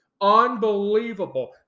Unbelievable